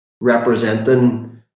representing